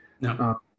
No